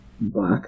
black